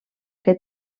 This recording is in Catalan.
que